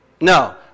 No